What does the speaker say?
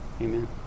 Amen